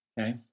Okay